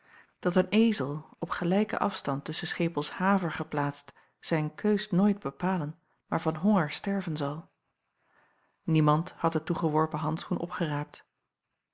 dat een ezel op gelijken afstand tusschen schepels haver geplaatst zijn keus nooit bepalen maar van honger sterven zal niemand had den toegeworpen handschoen opgeraapt